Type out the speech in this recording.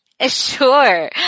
Sure